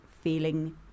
feeling